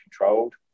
controlled